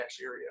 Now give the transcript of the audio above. area